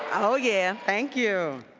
oh, yeah. thank you.